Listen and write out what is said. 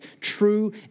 true